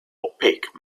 opaque